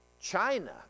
China